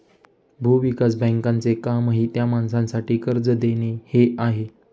भूविकास बँकेचे कामही त्या माणसासाठी कर्ज देणे हे आहे